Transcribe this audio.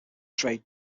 trade